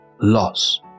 loss